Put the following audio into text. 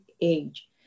age